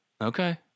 Okay